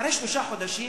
אחרי שלושה חודשים